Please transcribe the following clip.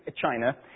China